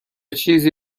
چیزی